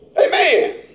amen